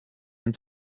and